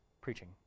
preaching